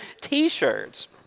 T-shirts